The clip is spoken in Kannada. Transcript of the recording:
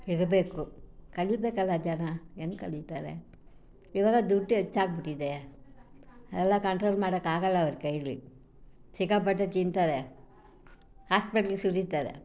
ಇರಬೇಕು ಕಲಿಬೇಕಲ್ಲ ಜನ ಹೆಂಗೆ ಕಲಿತಾರೆ ಈವಾಗ ದುಡ್ಡು ಹೆಚ್ಚಾಗ್ಬಿಟ್ಟಿದೆ ಎಲ್ಲ ಕಂಟ್ರೋಲ್ ಮಾಡೋಕ್ಕಾಗೋಲ್ಲ ಅವ್ರ ಕೈಲಿ ಸಿಕ್ಕಾಪಟ್ಟೆ ತಿಂತಾರೆ ಹಾಸ್ಪೆಟ್ಲಿಗೆ ಸುರಿತಾರೆ